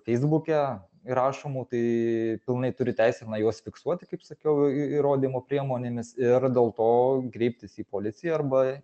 feisbuke rašomų tai pilnai turi teisę juos fiksuoti kaip sakiau į įrodymo priemonėmis ir dėl to kreiptis į policiją arba